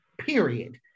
period